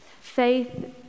Faith